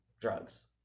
drugs